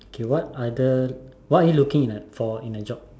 okay what other what are you looking in for in a job